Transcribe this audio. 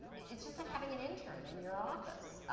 it's just like having an intern in your office.